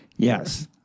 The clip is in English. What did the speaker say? Yes